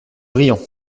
brillants